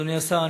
אדוני השר,